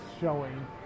showing